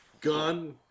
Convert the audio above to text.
Gun